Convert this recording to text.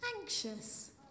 Anxious